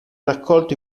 raccolto